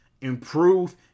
improve